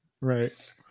right